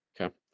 okay